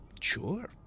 Sure